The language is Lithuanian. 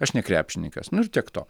aš ne krepšininkas nu ir tiek to